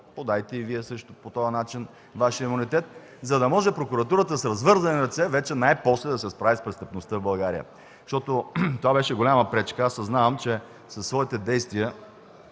подайте и Вие по същия начин Вашия имунитет, за да може прокуратурата с развързани ръце най-после да се справи с престъпността в България, защото това беше голяма пречка. Съзнавам, че със своите действия,